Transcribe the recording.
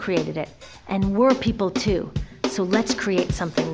created it and we're people too so let's create something